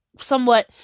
Somewhat